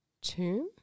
tomb